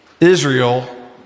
Israel